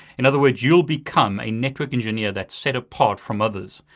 in other words, you'll become a network engineer that's set apart from others.